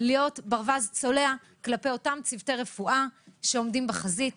להיות ברווז צולע כלפי אותם צוותי רפואה שעומדים בחזית.